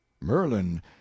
Merlin